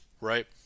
right